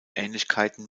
ähnlichkeiten